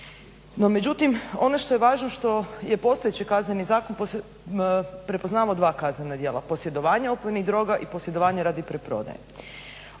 No međutim, ono što je važno i što je postojeći Kazneni zakon, prepoznajemo dva kaznena djela posjedovanje opojnih droga i posjedovanje radi preprodaje.